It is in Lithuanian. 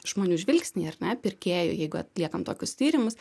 žmonių žvilgsnį ar ne pirkėjų jeigu atliekam tokius tyrimus